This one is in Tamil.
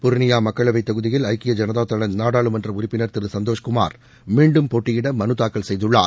புர்னியா மக்களவை தொகுதியில் ஐக்கிய ஜனதா தள நாடாளுமன்ற உறுப்பினர் திரு சந்தோஷ்குமார் மீண்டும் போட்டியிட மனு தாக்கல் செய்துள்ளார்